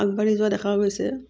আগবাঢ়ি যোৱা দেখা গৈছে